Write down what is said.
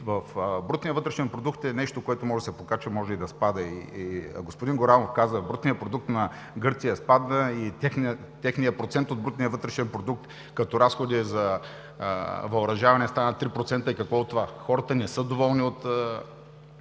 В брутния вътрешен продукт е нещо, което може да се покачва, а може и да спада. Господин Горанов каза: „Брутният продукт на Гърция спадна и техният процент от брутния вътрешен продукт, като разходи за въоръжаване, стана 3%.“ И какво от това? Хората не са доволни от